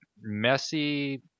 messy